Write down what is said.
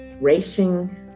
racing